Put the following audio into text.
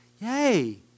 Yay